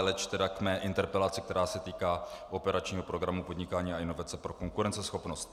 Leč k mé interpelaci, která se týká operačního programu Podnikání a inovace pro konkurenceschopnost.